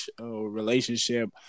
relationship